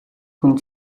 хүн